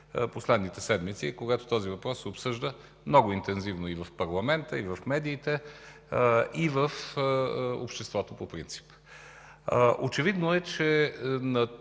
последните седмици, когато този въпрос се обсъжда много интензивно и в парламента, и в медиите, и в обществото по принцип. Очевидно е, че на